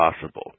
possible